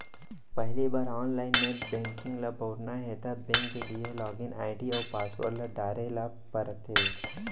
पहिली बार online net banking ल बउरना हे त बेंक के दिये लॉगिन आईडी अउ पासवर्ड ल डारे ल परथे